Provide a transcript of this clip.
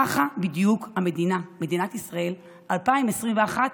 ככה בדיוק המדינה, מדינת ישראל, 2021,